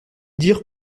dirent